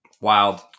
wild